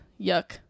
yuck